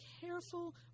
careful